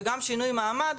וגם שינוי מעמד,